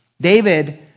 David